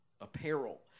apparel